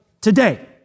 today